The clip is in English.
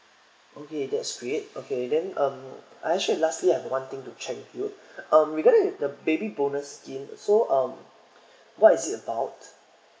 okay that's great okay then um I actually lastly I have one thing to check with you um regarding with the baby bonus scheme so um what is it about